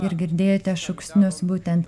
ir girdėjote šūksnius būtent